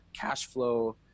Cashflow